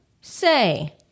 Say